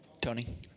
Tony